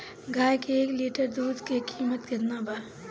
गाए के एक लीटर दूध के कीमत केतना बा?